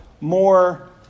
more